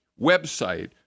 website